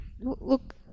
look